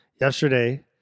Yesterday